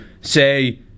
say